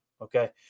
okay